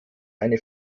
eine